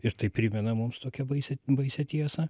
ir tai primena mums tokią baisią baisią tiesą